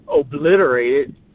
obliterated